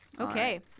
Okay